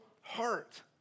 heart